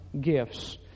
gifts